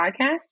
podcast